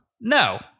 No